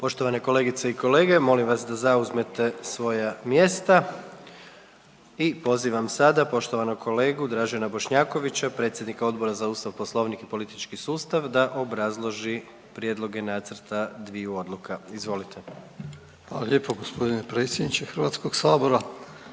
Poštovane kolegice i kolege, molim vas da zauzmete svoja mjesta i pozivam sada poštovanog kolegu Dražena Bošnjakovića predsjednika Odbora za Ustav, Poslovnik i politički sustav da obrazloži prijedloge nacrta dviju odluka. Izvolite. **Bošnjaković, Dražen (HDZ)** Hvala